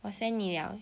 我 send 你 [liao]